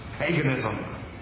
paganism